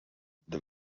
the